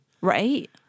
Right